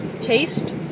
taste